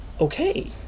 Okay